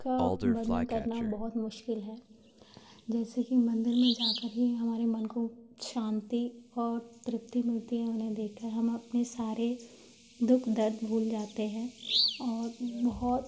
का वर्णन करना बहुत मुश्किल है जैसे कि मंदिर में जा कर ही हमारे मन को शांति और तृप्ति मिलती है उन्हें देख कर हम अपने सारे दुःख दर्द भूल जाते हैं और बहुत